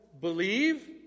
believe